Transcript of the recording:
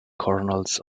kernels